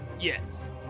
Yes